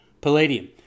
Palladium